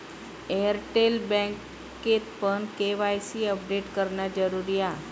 Airtel बँकेतपण KYC update करणा जरुरी हा